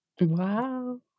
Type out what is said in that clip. Wow